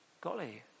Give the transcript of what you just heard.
Golly